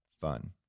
fun